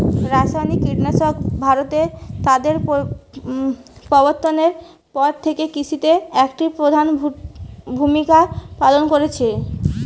রাসায়নিক কীটনাশক ভারতে তাদের প্রবর্তনের পর থেকে কৃষিতে একটি প্রধান ভূমিকা পালন করেছে